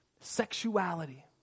sexuality